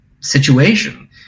situation